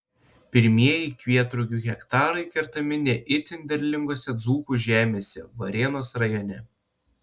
pirmieji kvietrugių hektarai kertami ne itin derlingose dzūkų žemėse varėnos rajone